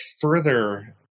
further